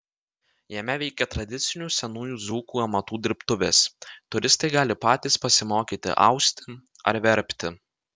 jame veikia tradicinių senųjų dzūkų amatų dirbtuvės turistai gali patys pasimokyti austi ar verpti